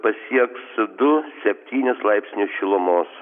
pasieks du septynis laipsnius šilumos